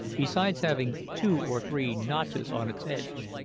besides having two or three notches on its edge.